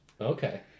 okay